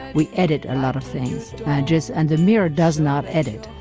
we edit a lot of things. i just and the mirror does not edit,